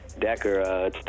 Decker